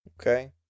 Okay